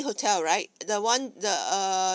hotel right the one the err